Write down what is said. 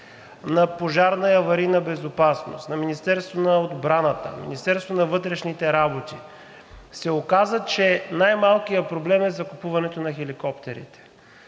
на Пожарна и аварийна безопасност, на Министерството на отбраната, на Министерството на вътрешните работи, се оказа, че най-малкият проблем е закупуването на хеликоптери.